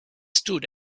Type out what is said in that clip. stood